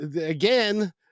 again